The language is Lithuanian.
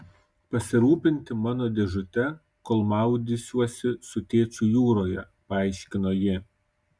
pasirūpinti mano dėžute kol maudysiuosi su tėčiu jūroje paaiškino ji